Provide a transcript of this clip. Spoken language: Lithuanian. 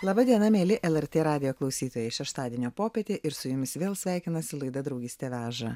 laba diena mieli el er tė radijo klausytojai šeštadienio popietė ir su jumis vėl sveikinasi laida draugystė veža